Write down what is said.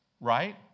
right